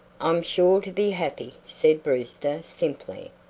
i'm sure to be happy, said brewster, simply.